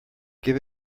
give